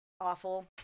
awful